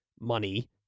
money